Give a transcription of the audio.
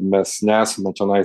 mes nesame čionais